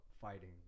fighting